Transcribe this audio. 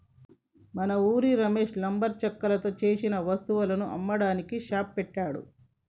మన ఉరి రమేష్ లంబరు చెక్కతో సేసిన వస్తువులను అమ్మడానికి షాప్ పెట్టాడు